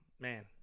man